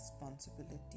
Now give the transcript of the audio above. Responsibility